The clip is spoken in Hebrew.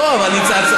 נו, אז תצביע.